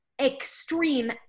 extreme